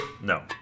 No